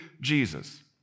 Jesus